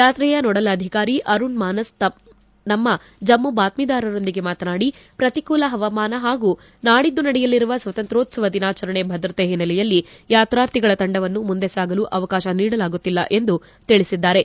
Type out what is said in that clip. ಯಾತ್ರೆಯ ನೋಡಲ್ ಅಧಿಕಾರಿ ಅರುಣ್ ಮಾನಸ್ ನಮ್ಮ ಬಾತ್ಮೀದಾರರೊಂದಿಗೆ ಮಾತನಾಡಿ ಪ್ರತಿಕೂಲ ಹವಾಮಾನ ಹಾಗೂ ನಾಡಿದ್ದು ನಡೆಯಲಿರುವ ಸ್ವಾತಂತ್ರ್ಯೋತ್ಸವ ದಿನಾಚರಣೆ ಭದ್ರತೆ ಹಿನ್ನೆಲೆಯಲ್ಲಿ ಯಾತಾರ್ಥಿಗಳ ತಂಡವನ್ನು ಮುಂದೆ ಸಾಗಲು ಅವಕಾಶ ನೀಡಲಾಗುತ್ತಿಲ್ಲ ಎಂದು ತಿಳಿಸಿದ್ದಾರೆ